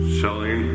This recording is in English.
selling